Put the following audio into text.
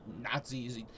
nazis